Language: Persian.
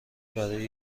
برای